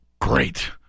great